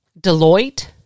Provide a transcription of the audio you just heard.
Deloitte